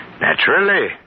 Naturally